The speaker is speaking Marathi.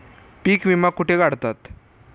पीक विमा कुठे काढतात?